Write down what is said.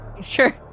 sure